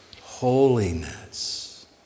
holiness